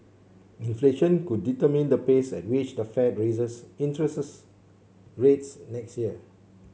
inflation could determine the pace at which the Fed raises interests rates next year